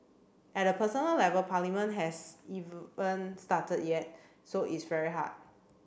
at a personal level Parliament has even started yet so it's very hard